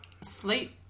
sleep